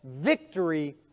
victory